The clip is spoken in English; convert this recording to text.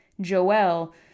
Joel